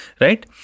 right